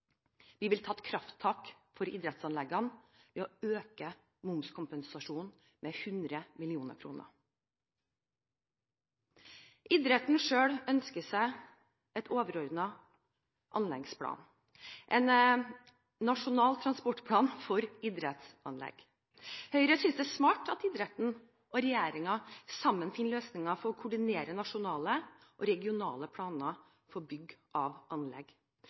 Vi vil ta et krafttak for idrettsanleggene ved å øke momskompensasjonen med 100 mill. kr. Idretten selv ønsker seg en overordnet anleggsplan – en nasjonal transportplan for idrettsanlegg. Høyre synes det er smart at idretten og regjeringen sammen finner løsninger for å koordinere nasjonale og regionale planer for bygging av anlegg,